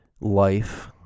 life